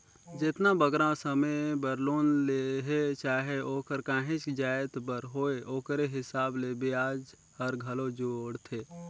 जेतना बगरा समे बर लोन लेथें चाहे ओहर काहींच जाएत बर होए ओकरे हिसाब ले बियाज हर घलो जुड़थे